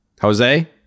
Jose